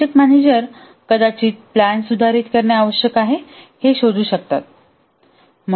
project manager कदाचित plan सुधारित करणे आवश्यक आहे हे शोधू शकतात